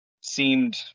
seemed